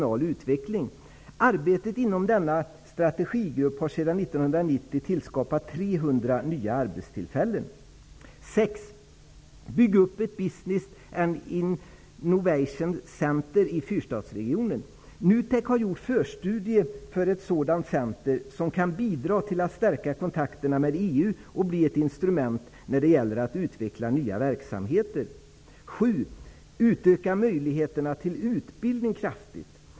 Arbetet inom denna strategigrupp har sedan 1990 6. Bygg upp ett business and innovation center i NUTEK har gjort förstudier för ett sådant center. Det kan bidra till att stärka kontakterna med EU och bli ett instrument när det gäller att utveckla nya verksamheter. 7. Utöka möjligheterna till utbildning kraftigt.